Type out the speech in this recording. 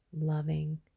Loving